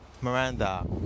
Miranda